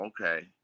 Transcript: okay